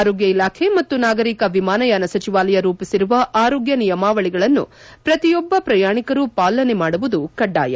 ಆರೋಗ್ಯ ಇಲಾಖೆ ಮತ್ತು ನಾಗರಿಕ ವಿಮಾನಯಾನ ಸಚಿವಾಲಯ ರೂಪಿಸಿರುವ ಆರೋಗ್ಯ ನಿಯಮಾವಳಿಗಳನ್ನು ಪ್ರತಿಯೊಬ್ಬ ಪ್ರಯಾಣಿಕರೂ ಪಾಲನೆ ಮಾಡುವುದು ಕಡ್ಡಾಯ